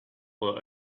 were